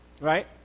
right